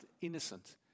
innocent